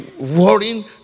worrying